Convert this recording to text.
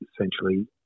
essentially